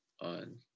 on